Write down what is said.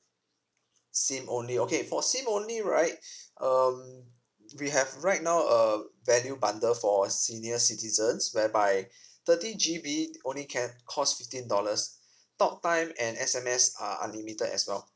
SIM only okay for SIM only right um we have right now a value bundle for senior citizens whereby thirty G_B only can cost fifteen dollars talktime and S_M_S are unlimited as well